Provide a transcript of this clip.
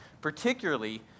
particularly